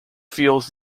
feels